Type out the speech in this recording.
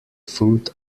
food